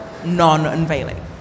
Non-unveiling